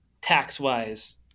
tax-wise